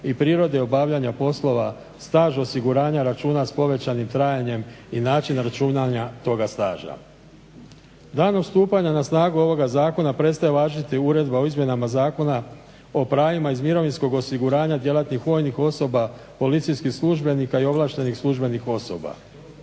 i prirode obavljanja poslova staž osiguranja računa s povećanim trajanjem i način računanja toga staža. Danom stupanja na snagu ovoga zakona prestaje važiti Uredba o izmjenama Zakona o pravima iz mirovinskog osiguranja djelatnih vojnih osoba, policijskih službenika i ovlaštenih službenih osoba.